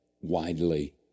widely